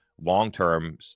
long-term